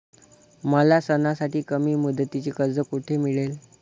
मला सणासाठी कमी मुदतीचे कर्ज कोठे मिळेल?